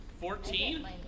Fourteen